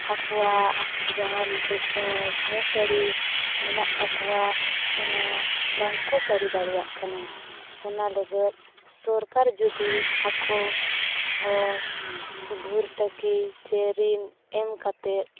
ᱟᱠᱚᱣᱟᱜ ᱡᱟᱦᱟᱸ ᱫᱚ ᱦᱮᱸ ᱥᱟᱨᱤ ᱢᱮᱱᱟᱜ ᱛᱟᱠᱚᱣᱟ ᱚᱱᱟ ᱵᱟᱝ ᱠᱚ ᱥᱟᱹᱨᱤ ᱫᱟᱲᱮᱭᱟᱜ ᱠᱟᱱᱟ ᱚᱱᱟ ᱞᱟᱹᱜᱤᱫ ᱥᱚᱨᱠᱟᱨ ᱡᱩᱫᱤ ᱟᱠᱚ ᱵᱷᱚᱨᱛᱩᱠᱤ ᱪᱮ ᱨᱤᱱ ᱮᱢ ᱠᱟᱛᱮᱫ